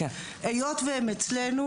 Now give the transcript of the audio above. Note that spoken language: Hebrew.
היות שהם אצלנו,